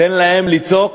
תן להם לצעוק